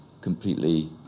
completely